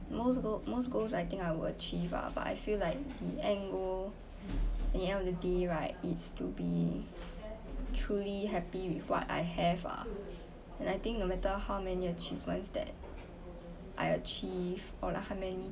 most go~ most goals I think I will achieve ah but I feel like the end goal in the end of the day right it's to be truly happy with what I have ah and I think no matter how many achievements that I achieve or like how many